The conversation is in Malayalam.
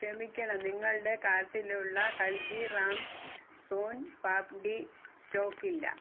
ക്ഷമിക്കണം നിങ്ങളുടെ കാർട്ടിലുള്ള ഹൽദി റാംസ് സോൻ പാപ്പുടീ സ്റ്റോക്കില്ല